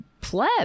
pleb